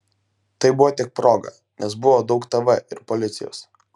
tai buvo tik proga nes buvo daug tv ir policijos